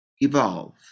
evolve